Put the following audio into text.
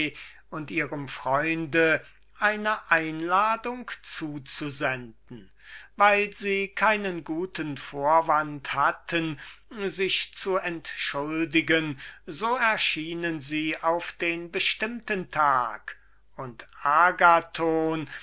und ihrem freunde eine einladung zuzusenden weil sie keinen guten vorwand zu geben hatten ihr ausbleiben zu entschuldigen so erschienen sie auf den bestimmten tag und agathon